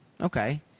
Okay